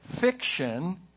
fiction